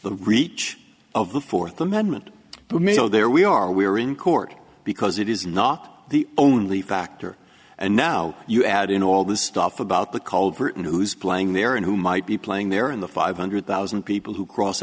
the reach of the fourth amendment but me oh there we are we are in court because it is not the only factor and now you add in all this stuff about the culprit and who's playing there and who might be playing there in the five hundred thousand people who cross